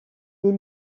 des